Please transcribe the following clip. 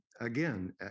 again